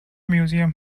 museum